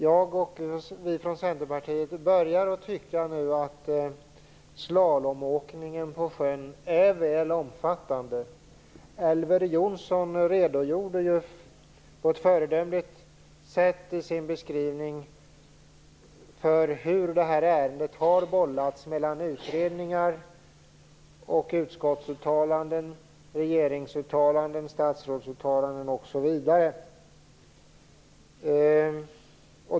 Jag och andra i Centerpartiet börjar nu att tycka att slalomåkningen på sjön är väl omfattande. Elver Jonsson redogjorde på ett föredömligt sätt i sin beskrivning för hur detta ärende har bollats mellan utredningar, utskottsuttalanden, regeringsuttalanden, statsrådsuttalanden osv.